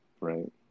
right